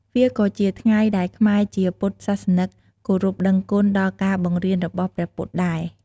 វាក៏ជាថ្ងៃដែលខ្មែរជាពុទ្ទសាសនឹក គោរពដឹងគុណដល់ការបង្រៀនរបស់ព្រះពុទ្ធដែរ។